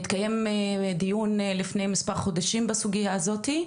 התקיים כבר דיון לפני מספר חודשים בסוגייה הזאת.